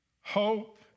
hope